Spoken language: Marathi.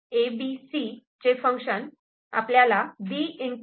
FABC B